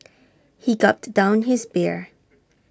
he gulped down his beer